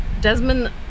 Desmond